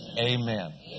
amen